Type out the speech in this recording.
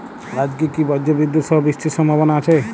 আজকে কি ব্রর্জবিদুৎ সহ বৃষ্টির সম্ভাবনা আছে?